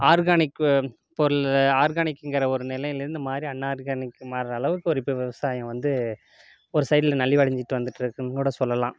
organic பொருள் ஆர்கானிக்குங்கிற ஒரு நிலையிலேருந்து மாறி அன் ஆர்கானிக்கு மாறுற அளவுக்கு ஒரு இப்போ விவசாயம் வந்து ஒரு சைட்ல நலிவடைஞ்சிட்டு வந்துகிட்ருக்குன்னு கூட சொல்லலாம்